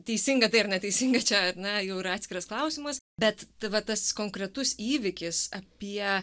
teisinga tai ar neteisinga čia ar ne jau yra atskiras klausimas bet va tas konkretus įvykis apie